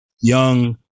young